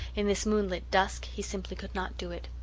in this moonlit dusk, he simply could not do it.